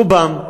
רובם.